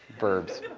verbs!